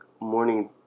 morning